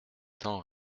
tant